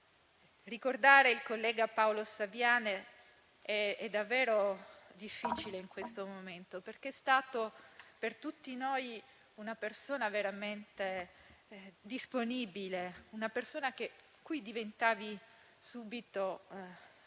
Ricordare il collega Paolo Saviane è davvero difficile in questo momento, perché è stato per tutti noi una persona veramente disponibile, con la quale si diventava subito amici,